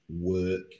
work